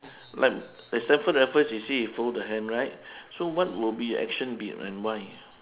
like like standford raffles you see he fold the hand right so what will be your action be and why